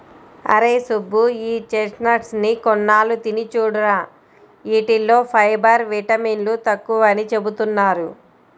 అరేయ్ సుబ్బు, ఈ చెస్ట్నట్స్ ని కొన్నాళ్ళు తిని చూడురా, యీటిల్లో ఫైబర్, విటమిన్లు ఎక్కువని చెబుతున్నారు